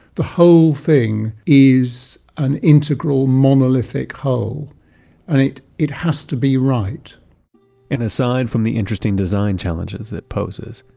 the whole thing is an integral monolithic hole and it it has to be right and aside from the interesting design challenges it poses,